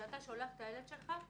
כשאתה שולח את הילד שלך,